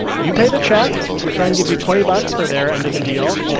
you pay the check. your friend gives you twenty bucks for their end of the deal.